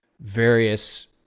various